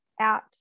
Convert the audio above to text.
out